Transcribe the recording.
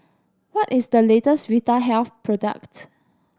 what is the latest Vitahealth product